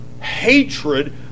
hatred